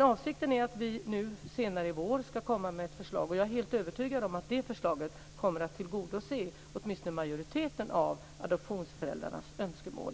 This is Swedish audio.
Avsikten är att vi senare i vår ska komma med ett förslag. Jag är helt övertygad om att det förslaget kommer att tillgodose åtminstone majoriteten av adoptionsföräldrarnas önskemål.